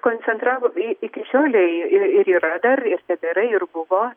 koncentravom iki šiolei ir yra dar tebėra ir buvo